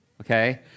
Okay